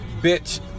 bitch